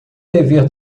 dever